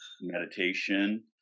meditation